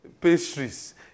pastries